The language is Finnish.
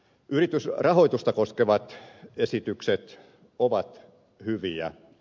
yritysrahoitusta koskevat esitykset ovat hyviä